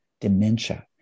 dementia